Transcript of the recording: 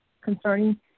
concerning